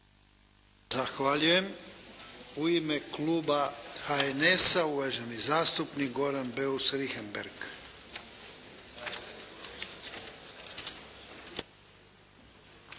Zahvaljujem. U ime kluba HNS-a, uvaženi zastupnik Goran Beus Richembergh.